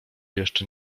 jeszcze